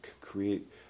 create